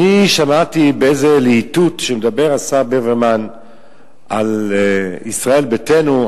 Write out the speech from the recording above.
אני שמעתי באיזו להיטות השר ברוורמן מדבר על ישראל ביתנו,